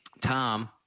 tom